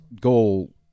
goal